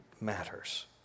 matters